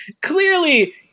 clearly